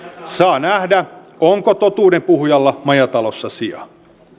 saa nähdä onko totuuden puhujalla majatalossa sijaa